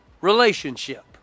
relationship